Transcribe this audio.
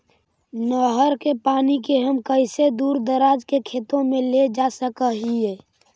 नहर के पानी के हम कैसे दुर दराज के खेतों में ले जा सक हिय?